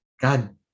God